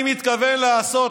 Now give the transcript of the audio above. אני מתכוון לעשות,